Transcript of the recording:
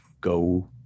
go